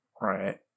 Right